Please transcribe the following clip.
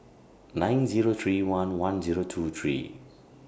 nine Zero three one one Zero two three